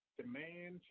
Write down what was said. demand